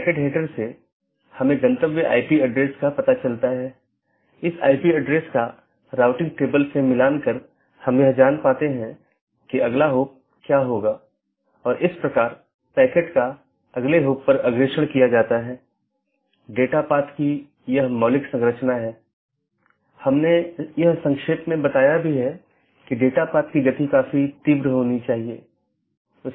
दूसरे अर्थ में हमारे पूरे नेटवर्क को कई ऑटॉनमस सिस्टम में विभाजित किया गया है जिसमें कई नेटवर्क और राउटर शामिल हैं जो ऑटॉनमस सिस्टम की पूरी जानकारी का ध्यान रखते हैं हमने देखा है कि वहाँ एक बैकबोन एरिया राउटर है जो सभी प्रकार की चीजों का ध्यान रखता है